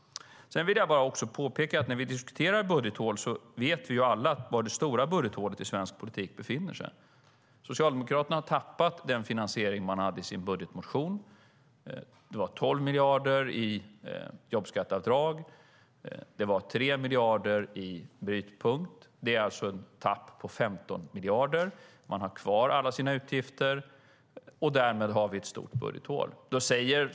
Sedan vill jag också påpeka att när vi diskuterar budgethål vet vi alla var det stora budgethålet i svensk politik befinner sig. Socialdemokraterna har tappat den finansiering som man hade i sin budgetmotion. Det var 12 miljarder i jobbskatteavdrag och 3 miljarder i brytpunkt. Det är ett tapp på 15 miljarder. Man har kvar alla sina utgifter. Därmed har vi ett stort budgethål.